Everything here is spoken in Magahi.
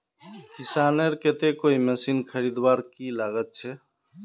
किसानेर केते कोई मशीन खरीदवार की लागत छे?